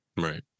Right